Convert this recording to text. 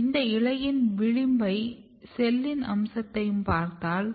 இந்த இலையின் விளிம்பையும் செல்லின் அம்சத்தையும் பார்த்தால்